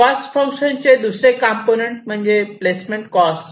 caste function चे दुसरे component म्हणजे प्लेसमेंटकॉस्ट